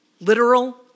literal